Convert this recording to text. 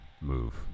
move